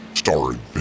starring